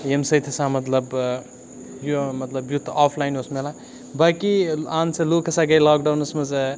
ییٚمہِ سۭتۍ ہَسا مطلب یہِ مطلب یُتھ آفلاین اوس مِلان باقی اہن ہَسا لوٗکھ ہَسا گٔے لاکڈاوُنَس منٛز